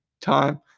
time